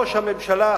ראש הממשלה,